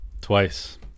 Twice